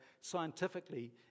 scientifically